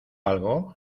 algo